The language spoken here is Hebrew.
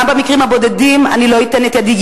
גם במקרים הבודדים לא אתן את ידי,